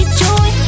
joy